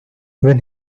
when